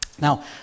Now